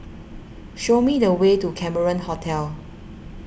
show me the way to Cameron Hotel